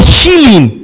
healing